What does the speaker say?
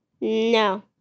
No